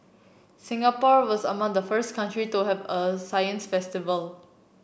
Singapore was among the first country to have a science festival